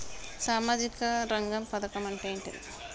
సామాజిక రంగ పథకం అంటే ఏంటిది?